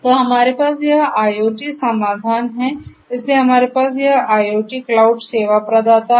तो हमारे पास यह IoT समाधान है इसलिए हमारे पास यह IoT क्लाउड सेवा प्रदाता है